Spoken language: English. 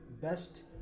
best